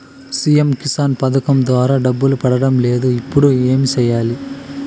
CM Kisan పథకం ద్వారా డబ్బు పడడం లేదు ఇప్పుడు ఏమి సేయాలి